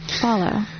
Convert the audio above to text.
follow